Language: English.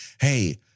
hey